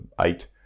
eight